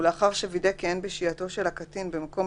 ולאחר שווידא כי אין בשהייתו של הקטין במקום